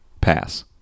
Pass